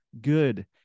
good